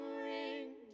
ring